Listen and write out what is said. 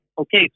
okay